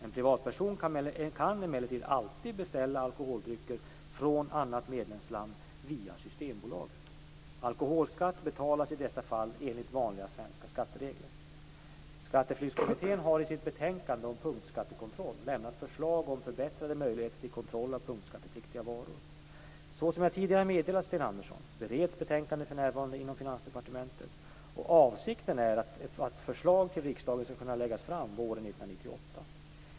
En privatperson kan emellertid alltid beställa alkoholdrycker från annat medlemsland via Skatteflyktskommittén har i sitt betänkande om punktskattekontroll lämnat förslag om förbättrade möjligheter till kontroll av punktskattepliktiga varor. Såsom jag tidigare meddelat Sten Andersson bereds betänkandet för närvarande inom Finansdepartementet, och avsikten är att förslag till riksdagen skall kunna läggas fram våren 1998.